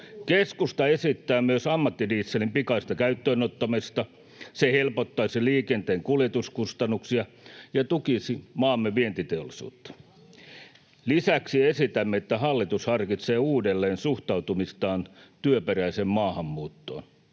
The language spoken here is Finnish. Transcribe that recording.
Keskusta esittää myös ammattidieselin pikaista käyttöönottamista. Se helpottaisi liikenteen kuljetuskustannuksia ja tukisi maamme vientiteollisuutta. Lisäksi esitämme, että hallitus harkitsee uudelleen suhtautumistaan työperäiseen maahanmuuttoon.